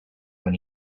when